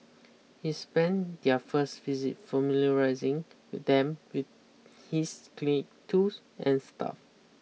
he spend their first visit familiarising them with his clinic tools and staff